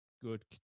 good